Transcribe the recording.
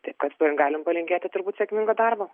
taip kad galim palinkėti turbūt sėkmingo darbo